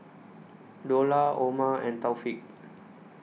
Dollah Omar and Taufik